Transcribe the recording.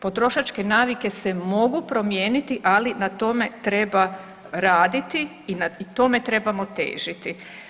Potrošačke navike se mogu promijeniti, ali na tome treba raditi i tome trebamo težiti.